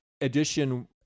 edition